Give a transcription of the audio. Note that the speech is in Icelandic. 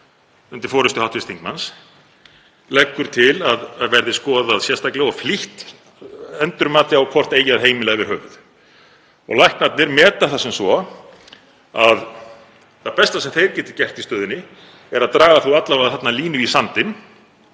undir forystu hv. þingmanns leggur til að verði skoðaðar sérstaklega og flýtt endurmati á hvort eigi að heimila yfir höfuð. Læknarnir meta það sem svo að það besta sem þeir geti gert í stöðunni sé að draga þó alla vega línu í sandinn